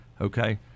Okay